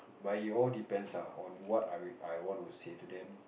but it all depends ah on what I I want to say to them